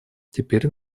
теперь